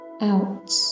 out